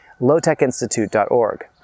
lowtechinstitute.org